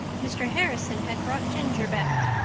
mr. harrison had brought ginger back,